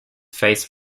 face